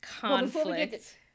conflict